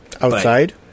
Outside